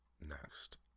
next